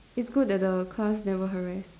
it's good that the class never harass